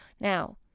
Now